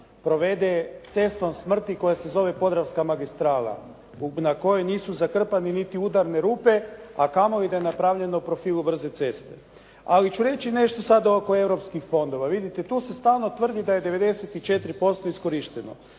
provede cestom smrti koja se zove Podravska magistrala, na kojoj nisu zatrpani niti udarne rupe, a kamoli da je napravljeno brze ceste. Ali ću nešto sada reći oko europskih fondova. Vidite tu se stalno tvrdi da se 94% iskorišteno.